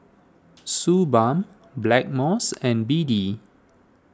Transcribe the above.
Suu Balm Blackmores and B D